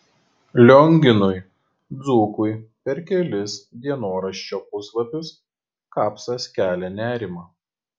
lionginui dzūkui per kelis dienoraščio puslapius kapsas kelia nerimą